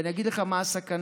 ואני אגיד לך מה הסכנה.